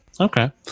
Okay